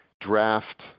draft